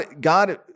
God